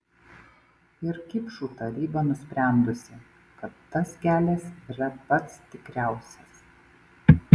ir kipšų taryba nusprendusi kad tas kelias yra pats tikriausias